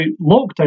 lockdown